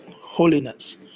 holiness